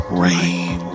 rain